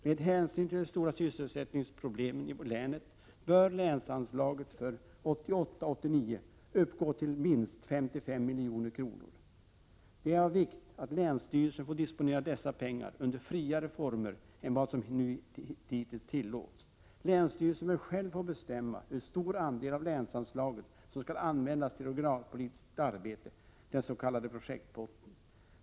Med hänsyn till de stora sysselsättningsproblemen i länet bör länsanslaget för 1988/89 uppgå till minst 55 milj.kr. Det är av vikt att länsstyrelsen får disponera dessa pengar under friare former än som nu tillåts. Länsstyrelsen bör själv få bestämma hur stor andel av länsanslaget som skall användas till regionalpolitiskt arbete, den s.k. projektpotten.